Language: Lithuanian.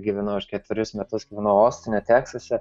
gyvenau aš ketverius metus ostine teksase